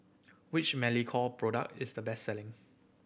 which Molicare product is the best selling